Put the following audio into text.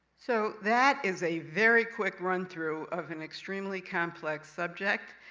so, that is a very quick run-through of an extremely complex subject,